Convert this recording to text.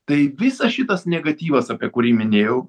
tai visas šitas negatyvas apie kurį minėjau